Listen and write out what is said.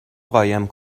قایم